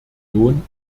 union